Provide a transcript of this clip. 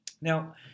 Now